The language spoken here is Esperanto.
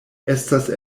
estas